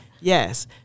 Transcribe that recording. Yes